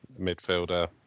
midfielder